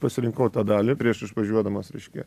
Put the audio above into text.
pasirinkau tą dalį prieš išvažiuodamas reiškia